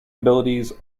abilities